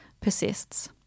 persists